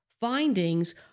findings